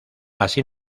así